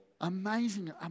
Amazing